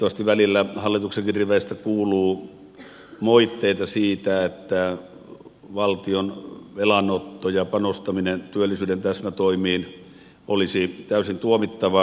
valitettavasti välillä hallituksenkin riveistä kuuluu moitteita siitä että valtion velanotto ja panostaminen työllisyyden täsmätoimiin olisi täysin tuomittavaa